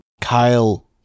Kyle